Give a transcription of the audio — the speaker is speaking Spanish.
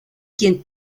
quien